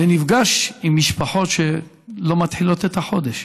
ונפגש עם משפחות שלא מתחילות את החודש,